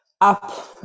up